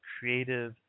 Creative